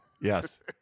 Yes